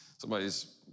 Somebody's